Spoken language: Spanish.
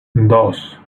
dos